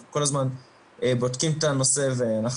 אנחנו כל הזמן בודקים את הנושא הזה.